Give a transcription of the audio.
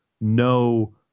no